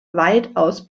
weitaus